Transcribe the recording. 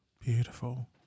Beautiful